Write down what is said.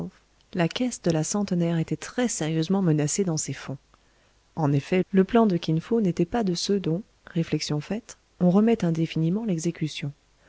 la caisse de la centenaire était très sérieusement menacée dans ses fonds en effet le plan de kin fo n'était pas de ceux dont réflexion faite on remet indéfiniment l'exécution